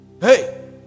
hey